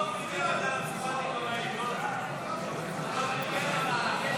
הסתייגות 9 לא נתקבלה.